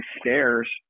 stairs